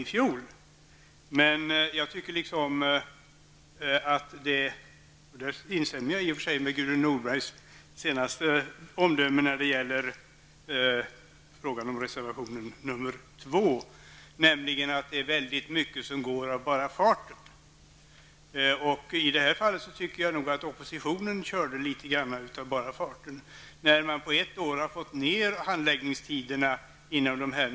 I och för sig instämmer jag i Gudrun Norbergs omdöme beträffande reservation nr 2, nämligen att det är mycket som går av bara farten. I det här fallet tycker jag nog att oppositionen litet grand så att säga har kört av bara farten. På ett år har det ju gått att korta ned handläggningstiderna inom de aktuella myndigheterna.